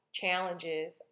challenges